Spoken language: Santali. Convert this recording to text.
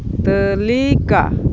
ᱛᱟᱹᱞᱤᱠᱟ